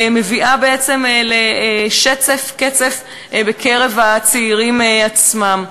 מביאים בעצם לשצף קצף בקרב הצעירים עצמם.